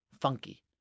funky